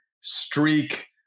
streak